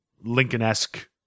Lincoln-esque